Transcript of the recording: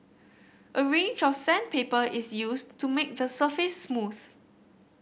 a range of sandpaper is used to make the surface smooth